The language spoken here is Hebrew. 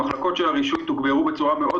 המחלקות של הרישוי תוגברו בצורה מאוד